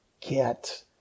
get